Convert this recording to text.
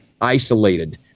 isolated